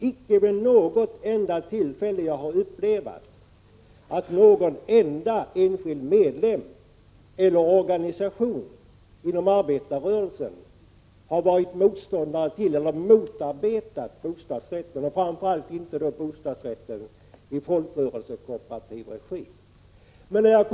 Icke vid något enda tillfälle har jag upplevat att någon enda enskild medlem eller organisation inom arbetarrörelsen har varit motståndare till eller motarbetat bostadsrätten, framför allt då inte bostadsrätten i folkrörelsekooperativ regi.